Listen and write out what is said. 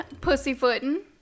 Pussyfootin